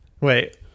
Wait